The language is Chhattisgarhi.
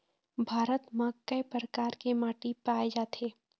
भारत म कय प्रकार के माटी पाए जाथे?